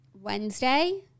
Wednesday